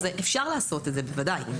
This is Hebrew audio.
אפשר לעשות את זה בוודאי.